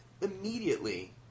Immediately